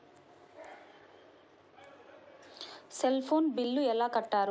Cell phone bill ఎలా కట్టారు?